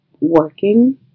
working